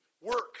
work